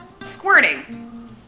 Squirting